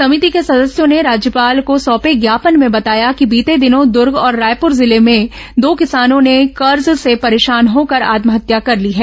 समिति के सदस्यों ने राज्यपाल को सौंपे ज्ञापन में बताया कि बीते दिनों दूर्ग और रायपुर जिले में दो किसानों ने कर्ज से परेशान होकर आत्महत्या कर ली है